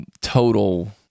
total